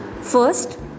first